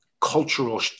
cultural